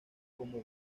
como